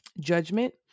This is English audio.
judgment